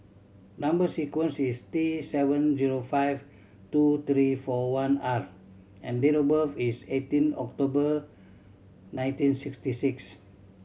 number sequence is T seven zero five two three four one R and date of birth is eighteen October nineteen sixty six